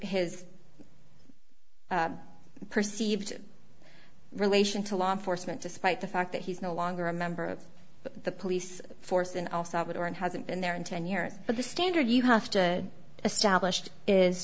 his perceived relation to law enforcement despite the fact that he's no longer a member of the police force and also with or and hasn't been there in ten years but the standard you have to establish is